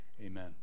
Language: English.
Amen